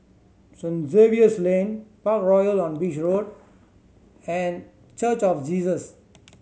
Saint Xavier's Lane Parkroyal on Beach Road and Church of Jesus